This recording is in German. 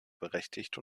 berechtigt